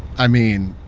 i mean,